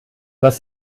was